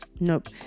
Nope